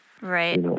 Right